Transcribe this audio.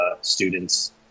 students